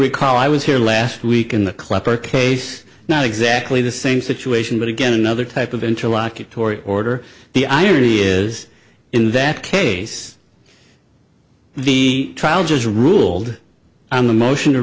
recall i was here last week in the klepper case not exactly the same situation but again another type of interlocking tory order the irony is in that case the trial judge ruled on the motion to